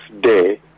day